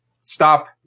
stop